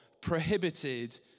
prohibited